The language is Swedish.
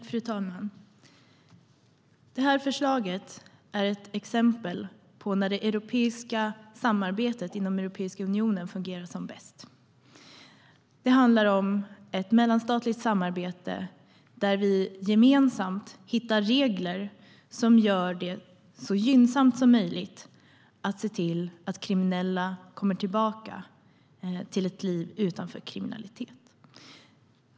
Fru talman! Förslaget är ett exempel på när samarbetet inom Europeiska unionen fungerar som bäst. Det handlar om ett mellanstatligt samarbete där vi gemensamt hittar regler som gör det så gynnsamt som möjligt att se till att kriminella kommer tillbaka till ett liv utanför kriminalitet.